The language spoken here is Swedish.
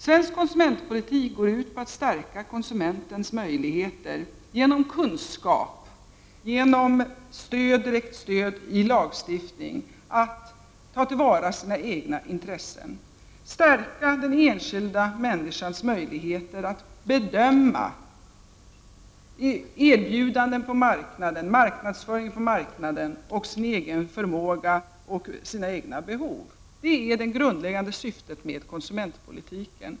Svensk konsumentpolitik går ut på att stärka konsumentens möjligheter att genom kunskap och genom stöd i direkt lagstiftning ta till vara sina egna intressen och att stärka den enskilda människans möjligheter att bedöma erbjudanden på markna den, marknadsföringen på marknaden och sin egen förmåga och sina egna behov. Det är det grundläggande syftet med konsumentpolitiken.